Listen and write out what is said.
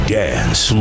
dance